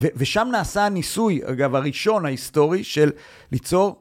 ושם נעשה הניסוי, אגב, הראשון ההיסטורי של ליצור